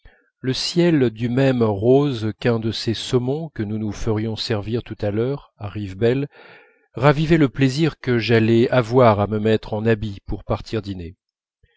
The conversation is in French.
le ciel du même rose qu'un de ces saumons que nous nous ferions servir tout à l'heure à rivebelle ravivaient le plaisir que j'allais avoir à me mettre en habit pour partir dîner